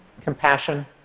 compassion